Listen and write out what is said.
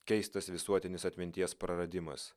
keistas visuotinis atminties praradimas